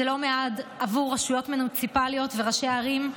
זה לא מעט עבור רשויות מוניציפליות וראשי ערים,